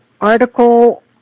article